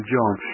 John